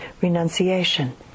renunciation